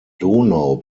donau